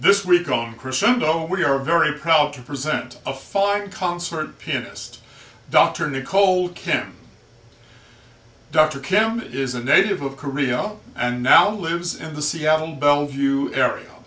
this recon crescendo we are very proud to present a fine concert pianist dr nicole kim dr kim is a native of korea and now lives in the seattle bellvue area